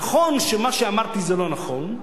נכון שמה שאמרתי זה לא נכון,